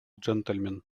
джентльмен